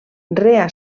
rea